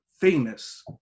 famous